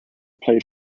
played